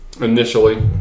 Initially